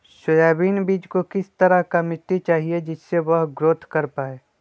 Soybean बीज को किस तरह का मिट्टी चाहिए जिससे वह ग्रोथ कर पाए?